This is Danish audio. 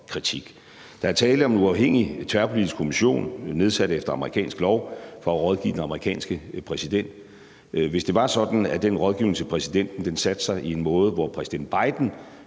Der er tale om en uafhængig tværpolitisk kommission nedsat efter amerikansk lov for at rådgive den amerikanske præsident. Hvis det var sådan, at den rådgivning til præsidenten manifesterede sig sådan, at præsident Biden